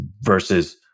versus